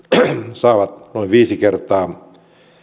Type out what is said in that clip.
saavat noin viisi kertaa